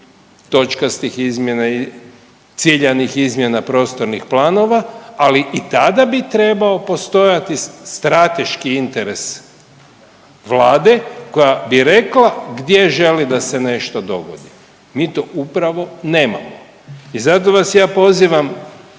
točkastih izmjena, ciljanih izmjena prostornih planova, ali i tada bi trebao postojati strateški interes Vlade koja bi rekla gdje želi da se nešto dogodi, mi to upravo nemamo i zato vas ja pozivam